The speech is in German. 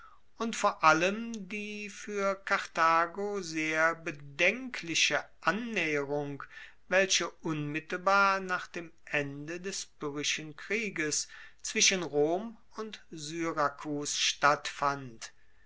und vor allem die fuer karthago sehr bedenkliche annaeherung welche unmittelbar nach dem ende des pyrrhischen krieges zwischen rom und syrakus stattfand